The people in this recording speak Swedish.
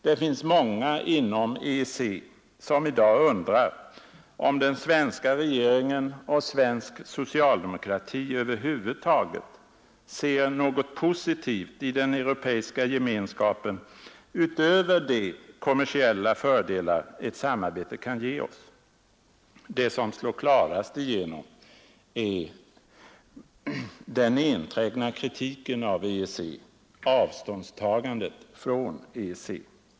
Det finns många inom EEC som i dag undrar om den svenska regeringen och svensk socialdemokrati över huvud taget ser något positivt i den europeiska gemenskapen utöver de kommersiella fördelar ett samarbete kan ge oss. Det som slår klarast igenom är den enträgna kritiken av EEC, avståndstagandet från EEC.